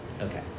Okay